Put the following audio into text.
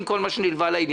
עם כל מה שנלווה לעניין.